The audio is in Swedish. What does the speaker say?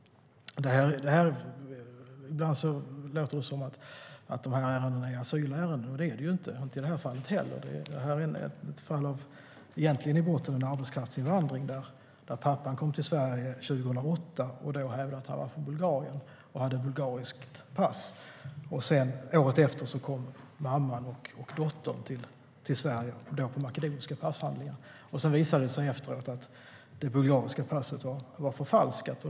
Ibland låter det som att dessa ärenden är asylärenden, och det är de inte. Det är det inte heller i det här fallet. Det är egentligen i botten en arbetskraftsinvandring där pappan kom till Sverige 2008 och då hävdade att han var från Bulgarien och hade bulgariskt pass. Året efter kom mamman och dottern till Sverige, och då på makedoniska passhandlingar. Det visade sig efteråt att det bulgariska passet var förfalskat.